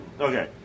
Okay